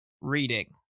reading